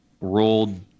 rolled